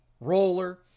roller